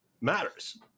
matters